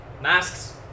Masks